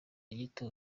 inyito